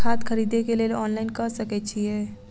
खाद खरीदे केँ लेल ऑनलाइन कऽ सकय छीयै?